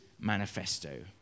manifesto